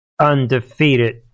undefeated